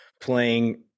playing